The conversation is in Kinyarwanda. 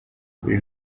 buri